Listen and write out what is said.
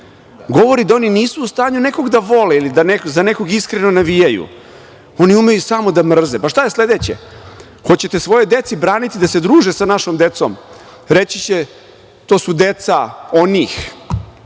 govori da oni nisu u stanju nekog da vole ili da za nekog iskreno navijaju, oni umeju samo da mrze. Pa, šta je sledeće? Hoćete li svojoj deci braniti da se druže sa našom decom. Reći ćete to su deca onih,